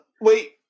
wait